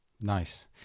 Nice